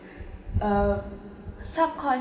uh